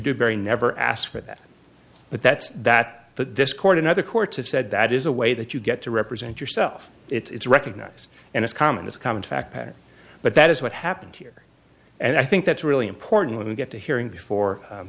duberry never asked for that but that's that but this court and other courts have said that is a way that you get to represent yourself it's recognize and as common as common fact pattern but that is what happened here and i think that's really important when we get to hearing before